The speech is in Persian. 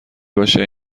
باشه